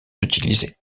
utilisées